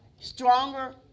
stronger